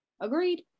Agreed